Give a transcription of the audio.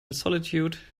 solitude